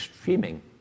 streaming